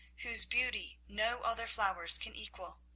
whose beauty no other flowers can equal.